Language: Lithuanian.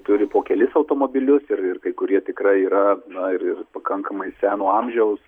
turi po kelis automobilius ir ir kai kurie tikrai yra na ir ir pakankamai seno amžiaus